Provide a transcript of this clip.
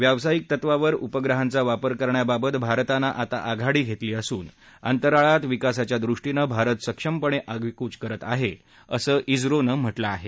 व्यावसायिक तत्तवावर उपग्रहांचा वापर करण्याबाबत भारतानं आता आघाडी घेतली असून अंतराळात विकासाच्या दृष्टीनं भारत सक्षमपणे आगेकूच करत आहे असं ओनं म्ह कें आहे